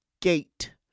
Gate